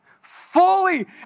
fully